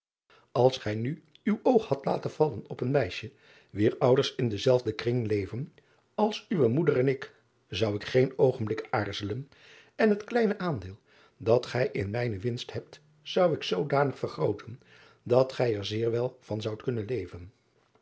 ls gij nu uw oog hadt laten vallen op een meisje wier ouders in denzelfden kring leven als uwe moeder en ik zou ik geen oogenblik aarzelen en het kleine aandeel dat gij in mijne winst hebt zou ik zoodanig vergrooten dat gij er zeer wel van zoudt kunnen leven